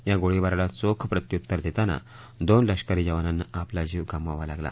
या गोळीबाराला चोख प्रत्युत्तर देताना दोन लष्करी जवानांना आपला जीव गमवावा लागला